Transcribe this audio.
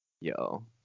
Yo